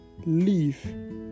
leave